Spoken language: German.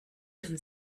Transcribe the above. den